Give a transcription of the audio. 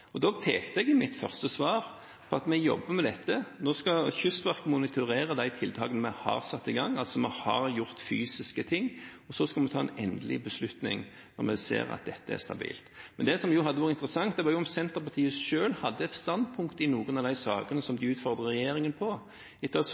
pekte i mitt første svar på at vi jobber med dette. Nå skal Kystverket monitorere de tiltakene vi har satt i gang – vi har altså gjort fysiske ting – og så skal vi ta en endelig beslutning når vi ser at dette er stabilt. Men det som hadde vært interessant, er jo om Senterpartiet selv hadde et standpunkt i noen av de sakene som de utfordrer regjeringen på. Etter